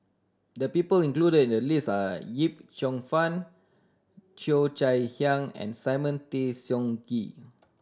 the people included in the list are Yip Cheong Fun Cheo Chai Hiang and Simon Tay Seong Gee